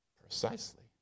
Precisely